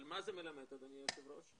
אבל מה זה מלמד, אדוני היושב ראש?